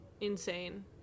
insane